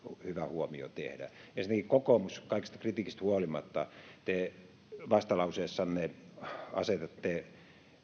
huomio tehdä ensinnäkin kokoomus kaikesta kritiikistä huolimatta te vastalauseessanne asetatte